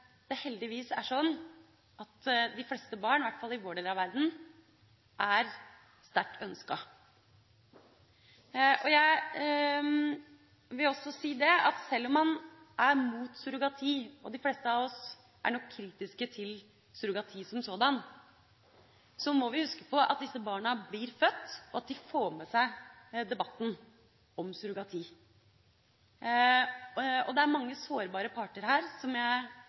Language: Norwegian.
det heldigvis er sånn at de fleste barn, i hvert fall i vår del av verden, er sterkt ønsket. Jeg vil også si at sjøl om man er mot surrogati – og de fleste av oss er nok kritiske til surrogati som sådant – må vi huske på at disse barna blir født, og at de får med seg debatten om surrogati. Det er mange sårbare parter her – som jeg innledet med – og det er